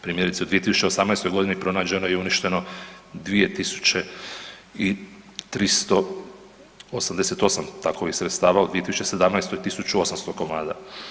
Primjerice u 2018.g. pronađeno je i uništeno 2388 takovih sredstava, a u 2017. 1800 komada.